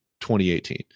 2018